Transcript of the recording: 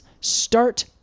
start-